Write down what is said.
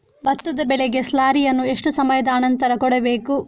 ಭತ್ತದ ಬೆಳೆಗೆ ಸ್ಲಾರಿಯನು ಎಷ್ಟು ಸಮಯದ ಆನಂತರ ಕೊಡಬೇಕು?